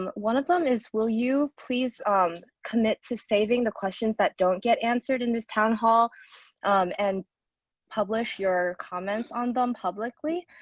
and one of them is will you please um commit to saving the questions that don't get answered in this town hall and publish your comments on them publicly?